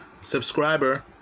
subscriber